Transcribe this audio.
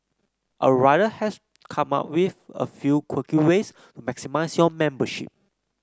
our writer has come up with a few quirky ways to maximise your membership